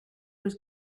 was